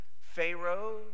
Pharaoh